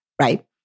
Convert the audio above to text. right